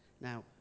Now